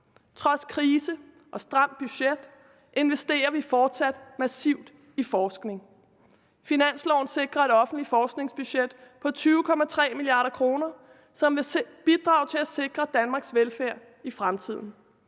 Trods krise og stramt budget investerer vi fortsat massivt i forskning. Finansloven sikrer et offentligt forskningsbudget på 20,3 mia. kr., som vil bidrage til at sikre Danmarks velfærd i fremtiden.